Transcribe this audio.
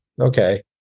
okay